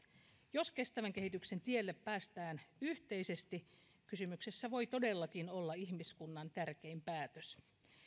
jos kestävän kehityksen tielle päästään yhteisesti kysymyksessä voi todellakin olla ihmiskunnan tärkein päätös